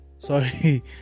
sorry